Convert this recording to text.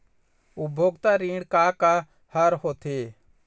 उपभोक्ता ऋण का का हर होथे?